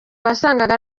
wasangaga